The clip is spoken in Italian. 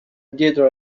diedero